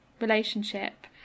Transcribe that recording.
relationship